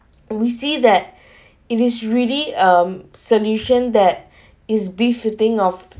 and we see that it is really um solution that is befitting of